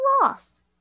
lost